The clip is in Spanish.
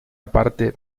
aparte